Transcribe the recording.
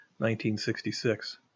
1966